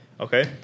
okay